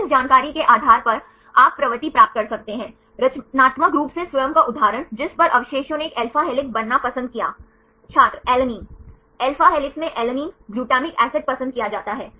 फिर सतह 2 के लिए आप प्लेन के समीकरण को प्राप्त कर सकते हैं और अंत में इन 2 समीकरणों के साथ वे एक डायहेड्रल कोण की गणना करते हैं जो लगभग 77 डिग्री है